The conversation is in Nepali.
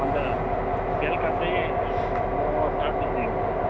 अनि त बेलुका चाहिँ म चार बजेदेखिन् खोल्छु